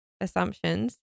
assumptions